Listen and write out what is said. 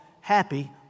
happy